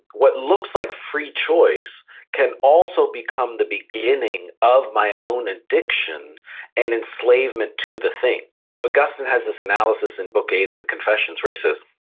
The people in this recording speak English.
what looks like free choice can also become the beginning of my own addiction and enslavement to the thing. so augustine has this analysis in book eight of the confessions where he says,